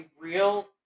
real